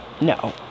No